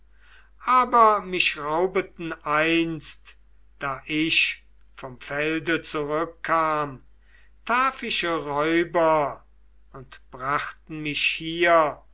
aber mich raubeten einst da ich vom felde zurückkam taphische räuber und brachten mich hier